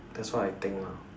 that's what I think lah